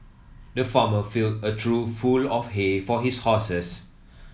the farmer filled a trough full of hay for his horses